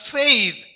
faith